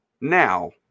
now